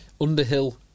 Underhill